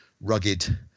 rugged